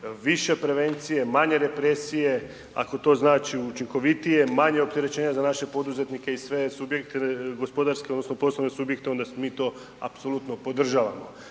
više prevencije, manje represije, ako to znači učinkovitije, manje opterećenje za naše poduzetnike i sve subjekte gospodarske, odnosno poslovne subjekte, onda mi to apsolutno podržavamo.